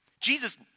Jesus